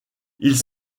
ils